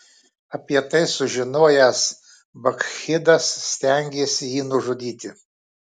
apie tai sužinojęs bakchidas stengėsi jį nužudyti